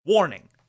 Warning